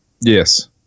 Yes